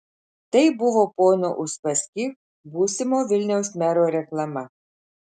tai buvo pono uspaskich būsimo vilniaus mero reklama